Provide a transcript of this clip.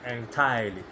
entirely